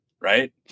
right